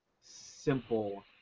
simple